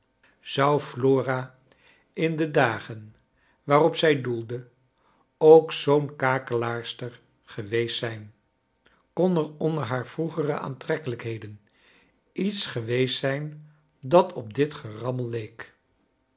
zou flora in de dagen waarop fcij doelde ook zoom kakelaarster geweest zijn kon er onder haar vroegere aantrekkelijkheden lets geweest zijn dat op dit gerammel leek